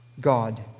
God